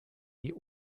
die